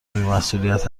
بیمسئولیت